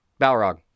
Balrog